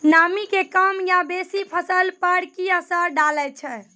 नामी के कम या बेसी फसल पर की असर डाले छै?